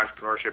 entrepreneurship